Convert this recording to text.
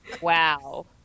Wow